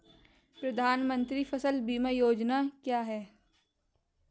प्रधानमंत्री फसल बीमा योजना क्या है?